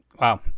Wow